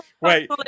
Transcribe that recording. Wait